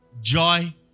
joy